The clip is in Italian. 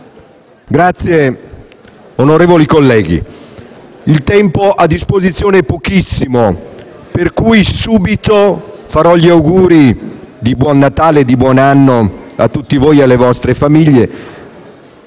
Presidente, onorevoli colleghi, il tempo a disposizione è pochissimo, per cui faccio subito gli auguri di buon Natale e buon anno a tutti voi e alle vostre famiglie.